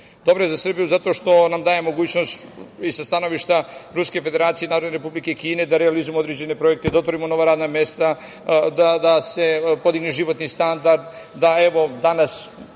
Dobra je za Srbiju zato što nam daje mogućnost i sa stanovišta Ruske Federacije i NRK da realizujemo određene projekte i da otvorimo nova radna mesta, da se podigne životni standard. Evo, ovih dana,